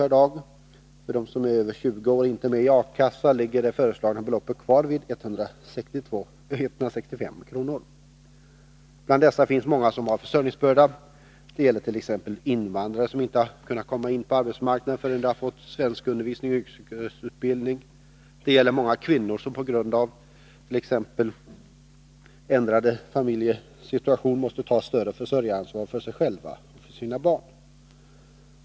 per dag. För dem som är över 20 år och inte är med i en arbetslöshetskassa ligger det föreslagna beloppet kvar vid 165 kr. Bland dessa finns många som har försörjningsbörda. Det gäller t.ex. invandrare, som inte har kunnat komma in på arbetsmarknaden förrän de har fått svenskundervisning och yrkesutbildning, det gäller många kvinnor, som på grund av t.ex. ändrad familjesituation måste ta ett större försörjaransvar för sig själva och sina barn.